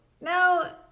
now